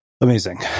Amazing